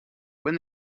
when